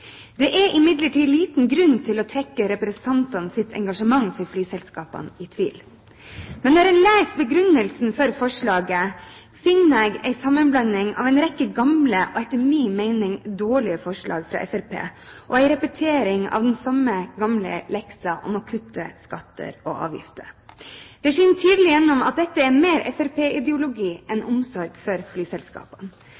Det er imidlertid liten grunn til å trekke representantenes engasjement for flyselskapene i tvil. Men når jeg leser begrunnelsen for forslaget, finner jeg en sammenblanding av en rekke gamle – og etter min mening dårlige – forslag fra Fremskrittspartiet og en repetering av den samme gamle leksa om å kutte skatter og avgifter. Det skinner tydelig gjennom at dette er mer